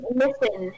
listen